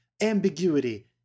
ambiguity